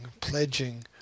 pledging